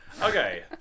Okay